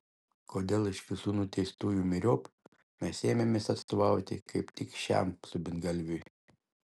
kodėl iš visų nuteistųjų myriop mes ėmėmės atstovauti kaip tik šiam subingalviui